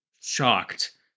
shocked